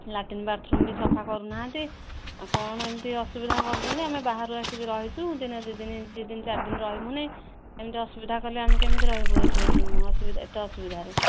latrine bathroom ବି ସଫା କରୁ ନାହାନ୍ତି ଆଉ କ'ଣ ଏମିତି ଅସୁବଧା କରୁଛନ୍ତି ଆମେ ବାହାରୁ ଆସିକି ରହିଛୁ ଦିନେ ଦୁଇ ଦିନି ଦୁଇ ଦିନି ଚାରି ଦିନ ରହିବୁନି ଏମିତି ଅସୁବିଧା କଲେ ଆମେ କେମିତି ରହିବୁ ଏଇଠି ଅସୁବିଧା ଏତେ ଅସୁବିଧାରେ